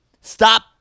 Stop